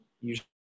usually